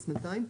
(Replacement time),